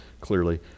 clearly